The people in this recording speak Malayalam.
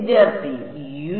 വിദ്യാർത്ഥി യു